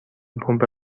پمپ